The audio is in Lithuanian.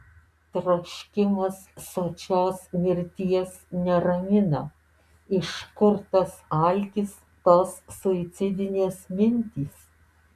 troškimas sočios mirties neramina iš kur tas alkis tos suicidinės mintys